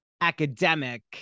academic